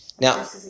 Now